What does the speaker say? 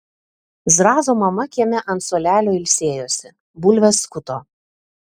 zrazo mama kieme ant suolelio ilsėjosi bulves skuto